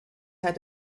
had